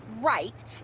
right